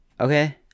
Okay